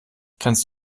kannst